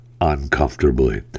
uncomfortably